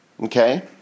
Okay